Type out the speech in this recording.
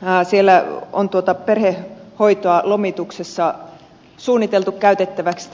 naisille on tuota perhe koittoa perhehoitoa on suunniteltu käytettäväksi